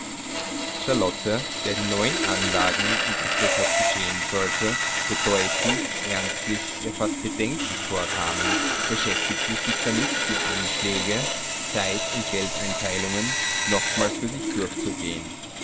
charlotte der die neuen anlagen und was deshalb geschehen sollte bedeutend ernstlich ja fast bedenklich vorkamen beschäftigte sich damit die anschläge zeit und geldeinteilungen nochmals für sich durchzugehen